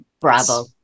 Bravo